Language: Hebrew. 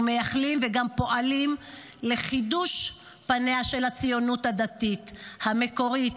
ומייחלים וגם פועלים לחידוש פניה של הציונות הדתית המקורית,